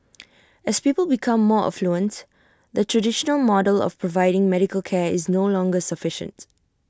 as people become more affluent the traditional model of providing medical care is no longer sufficient